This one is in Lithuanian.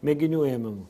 mėginių ėmimu